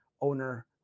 owner